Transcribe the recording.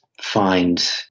find